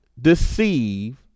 deceive